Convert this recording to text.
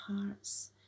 hearts